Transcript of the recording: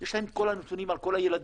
יש להם את כל הנתונים על כל הילדים